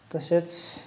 तसेच